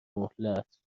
مهلت